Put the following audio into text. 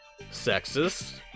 sexist